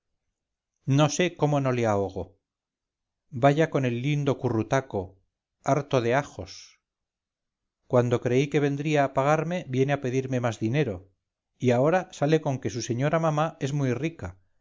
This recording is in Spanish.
no sé cómo no le ahogo vaya con el lindo currutaco harto de ajos cuando creí que vendría a pagarme viene a pedirme más dinero y ahora sale con que su señora mamá es muy rica